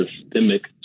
systemic